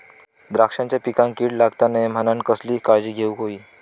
द्राक्षांच्या पिकांक कीड लागता नये म्हणान कसली काळजी घेऊक होई?